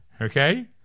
Okay